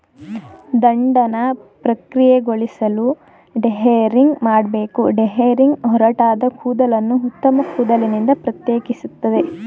ದಂಡನ ಪ್ರಕ್ರಿಯೆಗೊಳಿಸಲು ಡಿಹೇರಿಂಗ್ ಮಾಡ್ಬೇಕು ಡಿಹೇರಿಂಗ್ ಒರಟಾದ ಕೂದಲನ್ನು ಉತ್ತಮ ಕೂದಲಿನಿಂದ ಪ್ರತ್ಯೇಕಿಸ್ತದೆ